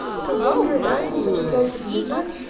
to wander about in such a place at midnight?